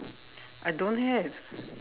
I don't have